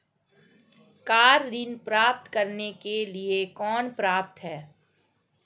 Car ऋण प्राप्त करने के लिए कौन पात्र है?